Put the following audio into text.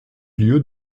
lieu